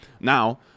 Now